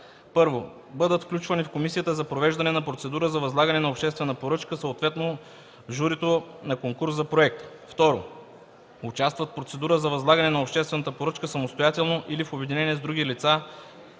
да: 1. бъдат включвани в комисията за провеждане на процедурата за възлагане на обществената поръчка, съответно в журито на конкурс за проект; 2. участват в процедурата за възлагане на обществената поръчка самостоятелно или в обединение с други лица,